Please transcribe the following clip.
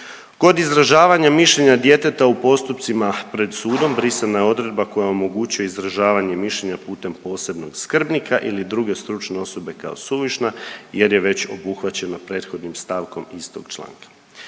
Kod izražavanja mišljenja djeteta u postupcima pred sudom brisana je odredba koja omogućuje izražavanje mišljenja putem posebnog skrbnika ili druge stručne osobe kao suvišna jer je već obuhvaćeno prethodnim stavkom istog članka.